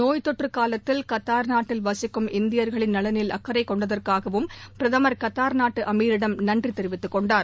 நோய்த்தொற்றுகாலத்தில் Qatar நாட்டில் வசிக்கும் இந்தியர்களின் நலனில் அக்கறைகொண்டதற்காகவும் பிரதமர் கத்தார் நாட்டுஅமீரிடம் நன்றிதெரிவித்துக் கொண்டார்